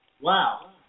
Wow